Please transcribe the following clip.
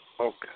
Okay